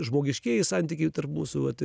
žmogiškieji santykiai tarp mūsų vat